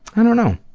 i don't know.